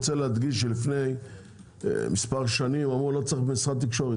אני רוצה להדגיש שלפני כמה שנים אמרו שלא צריך משרד תקשורת,